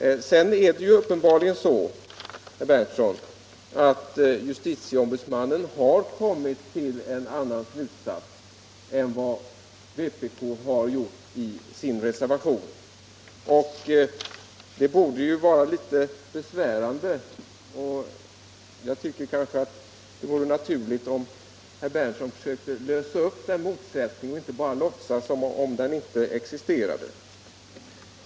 Sedan är det uppenbarligen så, herr Berndtson, att justitieombudsmannen har kommit till en annan slutsats än vad vpk har gjort i sin reservation. Det borde ju vara litet besvärande, och jag tycker att det vore naturligt om herr Berndtson försökte reda upp den motsättningen och inte bara låtsas som om den inte existerade.